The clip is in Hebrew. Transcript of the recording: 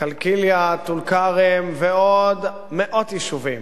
קלקיליה, טול-כרם ועוד מאות יישובים.